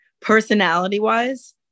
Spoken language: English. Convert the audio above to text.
Personality-wise